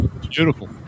Beautiful